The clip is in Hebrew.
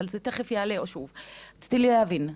אבל רציתי להבין,